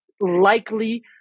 likely